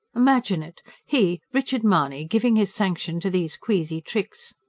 imagine it! he, richard mahony, giving his sanction to these queasy tricks!